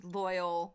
loyal